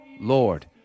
Lord